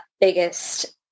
biggest